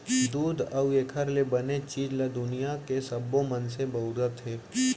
दूद अउ एकर ले बने चीज ल दुनियां के सबो मनसे बउरत हें